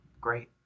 Great